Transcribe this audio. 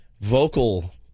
vocal